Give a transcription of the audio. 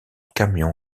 camion